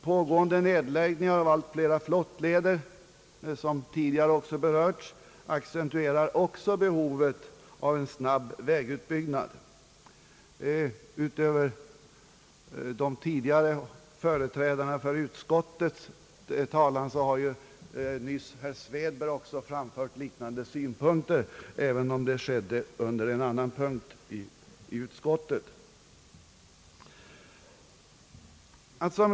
Pågående nedläggningar av allt flera flottleder, en fråga som tidigare har berörts, accentuerar också behovet av en snabb vägutbyggnad. Utöver de företrädare för utskottet, som tidigare har uppträtt i debatten, har även herr Svedberg framfört liknande synpunkter, även om det skedde under en annan punkt i utskottets utlåtande.